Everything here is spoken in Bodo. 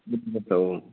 औ